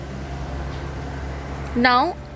Now